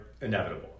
inevitable